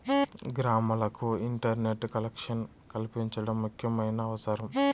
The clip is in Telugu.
గ్రామాలకు ఇంటర్నెట్ కలెక్షన్ కల్పించడం ముఖ్యమైన అవసరం